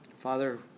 Father